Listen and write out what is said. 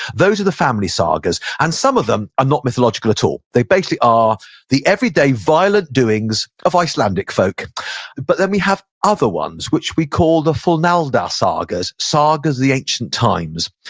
those are the family sagas and some of them are not mythological at all. they basically are the everyday violent doings of icelandic folk but then we have other ones which we call the fornaldarsagas, sagas of the ancient times.